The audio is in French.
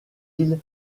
îles